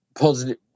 positive